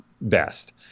best